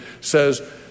says